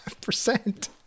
percent